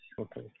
Okay